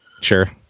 Sure